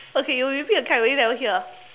okay you repeat cause I really never hear